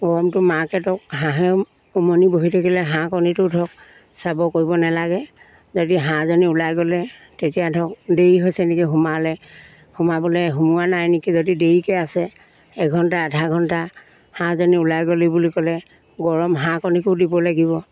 গৰমটো মাকহেঁতক হাঁহে উমনি বহি থাকিলে হাঁহ কণীটোও ধৰক চাব কৰিব নেলাগে যদি হাঁহজনী ওলাই গ'লে তেতিয়া ধৰক দেৰি হৈছে নেকি সোমালে সোমাবলে সোমোৱা নাই নেকি যদি দেৰিকে আছে এঘণ্টা আধা ঘণ্টা হাঁহজনী ওলাই গ'লি বুলি ক'লে গৰম হাঁহ কণীকো দিব লাগিব